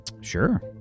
Sure